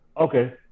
Okay